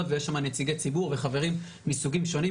ויש בה נציגי ציבור וחברים מסוגים שונים,